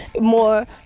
more